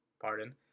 Pardon